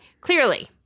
clearly